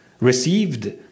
received